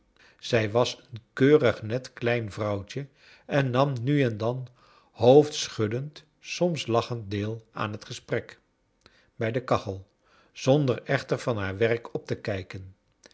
zij was een keurig net klein vrouwtje en nam nu en dan hoofdschuddend soms lachend deel aan het gesprek bij de kachel zonder echter van haar werk op te kijken